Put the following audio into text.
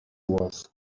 was